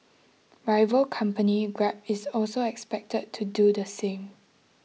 rival company grab is also expected to do the same